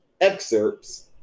excerpts